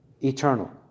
Eternal